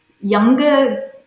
younger